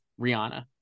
rihanna